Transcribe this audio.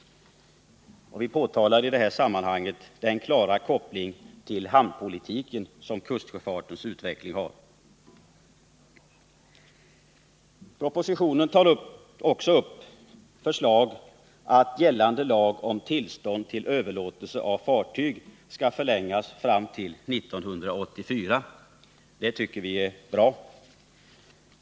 Vi påtalar i detta sammanhang den klara koppling till hamnpolitiken som kustsjöfartens utveckling har. I propositionen föreslås att gällande lag om tillstånd till överlåtelse av fartyg skall förlängas fram till 1984. Det tycker vi är bra.